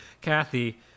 Kathy